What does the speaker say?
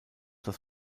das